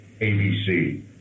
ABC